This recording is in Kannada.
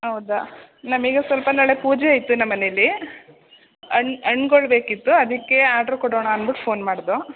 ಹೌದ ನಮಗೆ ಸ್ವಲ್ಪ ನಾಳೆ ಪೂಜೆಯಿತ್ತು ನಮ್ಮನೇಲಿ ಹಣ್ ಹಣ್ಗಳ್ ಬೇಕಿತ್ತು ಅದಕ್ಕೆ ಆರ್ಡ್ರ್ ಕೊಡೋಣ ಅಂದ್ಬುಟ್ಟು ಫೋನ್ ಮಾಡ್ದೋ